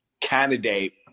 candidate